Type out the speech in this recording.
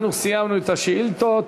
אנחנו סיימנו את השאילתות.